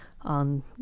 on